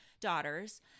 daughters